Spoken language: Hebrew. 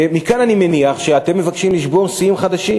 מכאן אני מניח שאתם מבקשים לשבור שיאים חדשים.